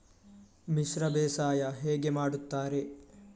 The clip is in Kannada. ಮಿಶ್ರ ಬೇಸಾಯ ಹೇಗೆ ಮಾಡುತ್ತಾರೆ?